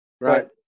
Right